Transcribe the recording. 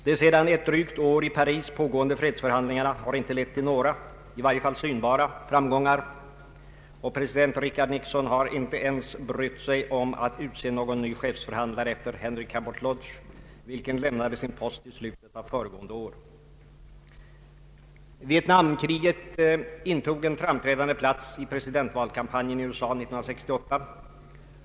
De sedan ett drygt år i Paris pågående fredsförhandlingarna har inte lett till några — i varje fall synbara — framgångar, och president Richard Nixon har inte ens brytt sig om att utse någon ny chefsförhandlare efter Henry Cabot Lodge, vilken lämnade sin post i slutet av föregående år. Vietnamkriget intog en framträdande plats i presidentvalkampanjen i USA 1968.